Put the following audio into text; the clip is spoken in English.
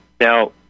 Now